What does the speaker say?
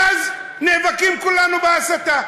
ואז ניאבק כולנו בהסתה,